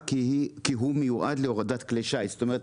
כי הוא מיועד להורדת כלי שיט" זאת אומרת,